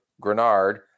Grenard